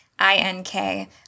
I-N-K